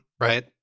right